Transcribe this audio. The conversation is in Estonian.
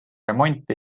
remonti